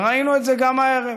וראינו את זה גם הערב.